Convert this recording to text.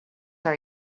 are